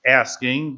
asking